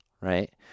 right